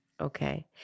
Okay